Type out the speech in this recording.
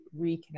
reconnect